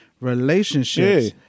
relationships